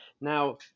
Now